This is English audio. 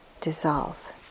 dissolve